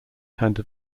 handed